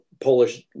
Polish